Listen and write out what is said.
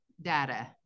Data